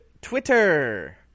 Twitter